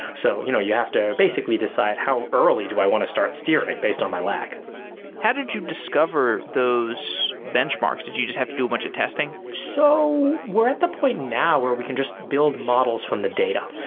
so you know you have to basically decide how early do i want to start steering based on my lag how did you discover those benchmarks? did you just have to do a bunch of testing? so we're at the point now where we can just build models from the data.